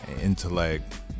intellect